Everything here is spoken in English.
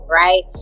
right